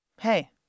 Hey